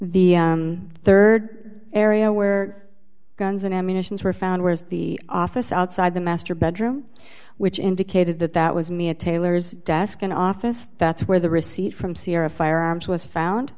the rd area where guns and ammunitions were found was the office outside the master bedroom which indicated that that was mia taylor's desk and office that's where the receipt from sierra firearms was found